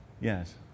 Yes